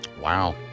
Wow